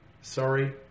Sorry